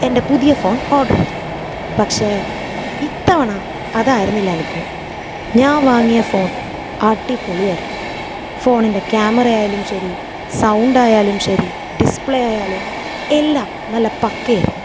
എൻ്റെ പുതിയ phone order ചെയ്തു പക്ഷേ ഇത്തവണ അതായിരുന്നില്ല അനുഭവം ഞാൻ വാങ്ങിയ ഫോൺ അടിപൊളിയായിരുന്നു ഫോണിൻ്റെ ക്യാമറ ആയാലും ശെരി സൗണ്ട് ആയാലും ശെരി ഡിസ്പ്ലേ ആയാലും എല്ലാം നല്ല പക്ക ആയിരുന്നു